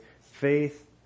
Faith